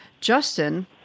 Justin